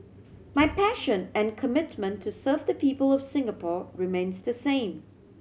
my passion and commitment to serve the people of Singapore remains the same